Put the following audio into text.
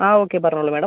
ആ ഓക്കേ പറഞ്ഞോളൂ മാഡം